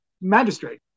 magistrate